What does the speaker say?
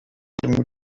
another